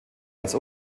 als